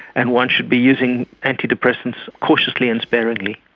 and one should be using antidepressants cautiously and sparingly.